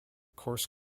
coarse